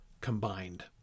combined